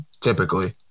typically